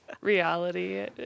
reality